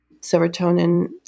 Serotonin